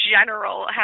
general